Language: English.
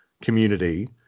community